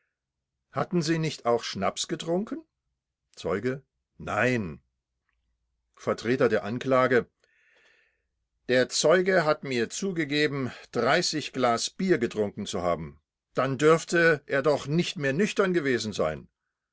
hatten sie nicht auch schnaps getrunken zeuge nein vertreter der anklage der zeuge hat mir zugegeben glas bier getrunken zu haben dann dürfte er doch nicht mehr nüchtern gewesen sein